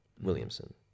Williamson